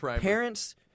Parents